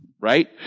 Right